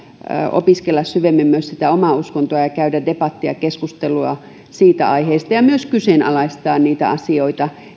opiskella syvemmin myös sitä omaa uskontoa ja käydä debattia keskustelua siitä aiheesta ja myös kyseenalaistaa niitä asioita